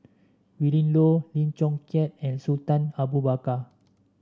Willin Low Lim Chong Keat and Sultan Abu Bakar